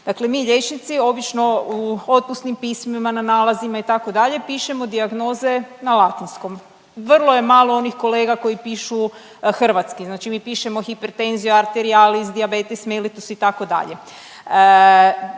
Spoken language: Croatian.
Dakle mi liječnici obično u otpusnim pismima, na nalazima, itd., pišemo dijagnoze na latinskom. Vrlo je malo onih kolega koji pišu hrvatski, znači mi pišemo hipertenzija, arterialis, diabetes mellitus, itd.